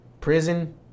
prison